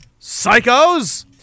psychos